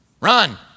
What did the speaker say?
Run